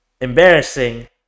embarrassing